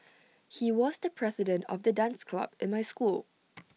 he was the president of the dance club in my school